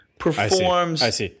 Performs